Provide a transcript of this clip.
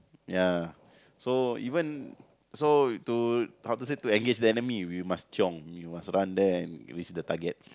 ya so even so to how to say to engage the enemy we must chiong we must run there and reach the target